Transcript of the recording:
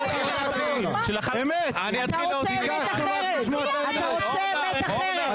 אתה רוצה אמת אחרת.